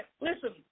Listen